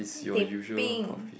teh peng